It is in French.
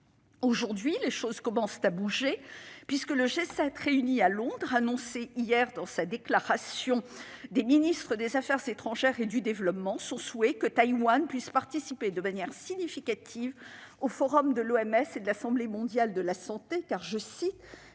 Aujourd'hui, la situation commence à évoluer. Ainsi, le G7 réuni à Londres a annoncé, hier, dans sa déclaration des ministres des affaires étrangères et du développement, son souhait que Taïwan puisse participer de manière significative au Forum de l'OMS et de l'Assemblée mondiale de la santé, car «